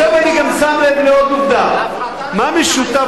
עכשיו אני גם שם לב לעוד עובדה: מה משותף,